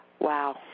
wow